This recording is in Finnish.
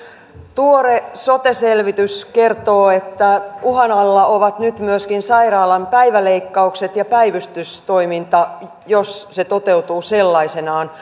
tuore sote selvitys kertoo että uhan alla ovat nyt myöskin sairaalan päiväleikkaukset ja päivystystoiminta jos se toteutuu sellaisenaan